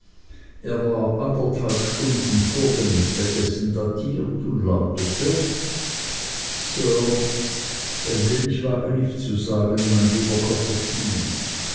er war anderthalb stunden vor dem mittagessen datiert und lautete sir denn ich wage nicht zu sagen mein lieber copperfield